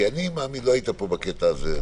אוסאמה, לא היית פה בקטע הזה.